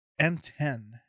M10